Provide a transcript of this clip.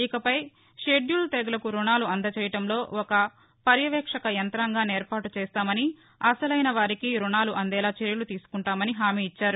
ఇకపై షెద్యూల్ తెగలకు రుణాలు అందజేయడంలో ఒక పర్యవేక్షక యంఁతాంగాన్ని ఏర్పాటు చేస్తామని అసలైన వారికి రుణాలు అందేలా చర్యలు తీసుకుంటామని హామీ ఇచ్చారు